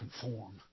conform